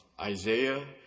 Isaiah